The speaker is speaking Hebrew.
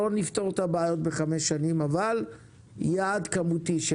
לא נפתור את הבעיות בחמש שנים אבל צריך לקבוע יעד כמותי,